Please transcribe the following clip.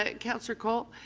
ah councillor colle.